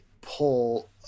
pull